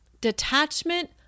detachment